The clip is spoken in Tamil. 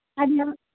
அது எ